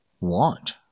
want